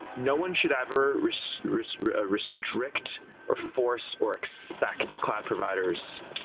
no one should ever restrict restrict or force or expect to cloud providers,